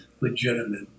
legitimate